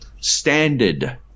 standard